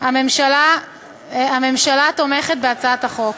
הממשלה תומכת בהצעת החוק.